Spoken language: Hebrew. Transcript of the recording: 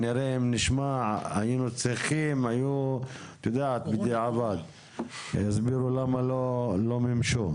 יסבירו לנו למה לא מימשו.